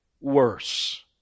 worse